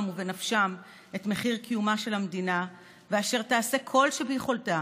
ובנפשם את מחיר קיומה של המדינה ואשר תעשה כל שביכולתה